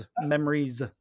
memories